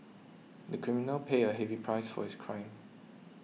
the criminal paid a heavy price for his crime